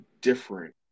different